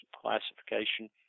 classification